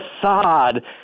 facade